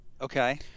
Okay